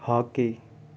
hockey